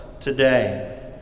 Today